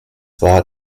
war